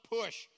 push